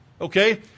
Okay